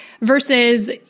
versus